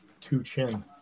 two-chin